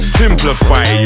simplify